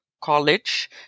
college